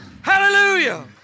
Hallelujah